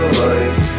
life